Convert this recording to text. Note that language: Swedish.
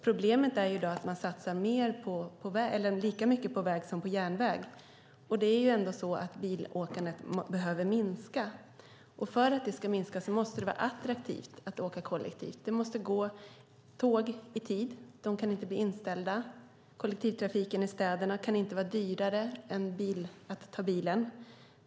Problemet är att man i dag satsar lika mycket på väg som på järnväg. Bilåkandet behöver minska, och för att det ska minskas måste det vara attraktivt att åka kollektivt. Tågen måste gå i tid och får inte bli inställda. Kollektivtrafiken i städerna kan inte vara dyrare än att ta bilen.